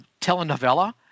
telenovela